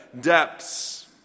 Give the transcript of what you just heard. depths